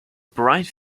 bright